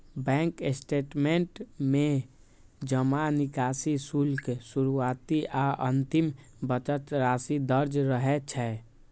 bank statement में जमा, निकासी, शुल्क, शुरुआती आ अंतिम बचत राशि दर्ज रहै छै